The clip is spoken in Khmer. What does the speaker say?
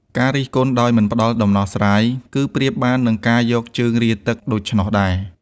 ការរិះគន់ដោយមិនផ្ដល់ដំណោះស្រាយ គឺប្រៀបបាននឹងការយកជើងរាទឹកដូច្នោះដែរ។